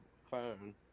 phone